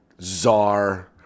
czar